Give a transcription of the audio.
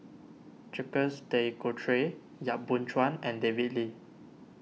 Jacques De Coutre Yap Boon Chuan and David Lee